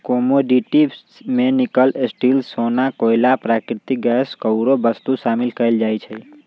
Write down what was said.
commodity में nickel, steel,, सोना, कोइला, प्राकृतिक गैस आउरो वस्तु शामिल कयल जाइ छइ